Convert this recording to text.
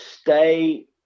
stay